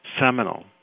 seminal